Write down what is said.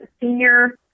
senior